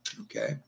okay